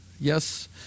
yes